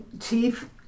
chief